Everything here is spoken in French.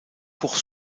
pour